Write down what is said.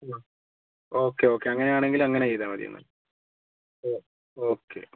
okay okay അങ്ങനെയാണെങ്കിൽ അങ്ങനെ ചെയ്താൽ മതി എന്നാൽ ഒ ഓക്കെ